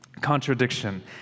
contradiction